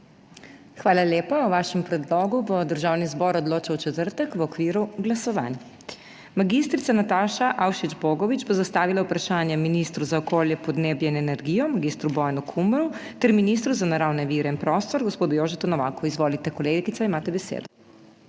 Hvala lepa. O vašem predlogu bo Državni zbor odločal v četrtek v okviru glasovanj. Mag. Nataša Avšič Bogovič bo zastavila vprašanje ministru za okolje, podnebje in energijo mag. Bojanu Kumru ter ministru za naravne vire in prostor, gospodu Jožetu Novaku. Izvolite, kolegica, imate besedo.